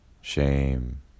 shame